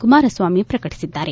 ಕುಮಾರಸ್ವಾಮಿ ಪ್ರಕಟಿಸಿದ್ದಾರೆ